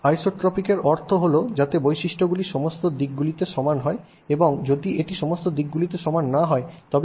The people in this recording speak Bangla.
আইসোট্রপিকের অর্থ হল যাতে বৈশিষ্ট্যগুলি সমস্ত দিকগুলিতে সমান এবং যদি এটি সমস্ত দিকগুলিতে সমান না হয় তবে আমরা এটিকে বলি অ্যানিসোট্রপিক